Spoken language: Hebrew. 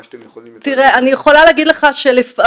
מה שאתם יכולים --- אני יכולה להגיד לך שלפעמים,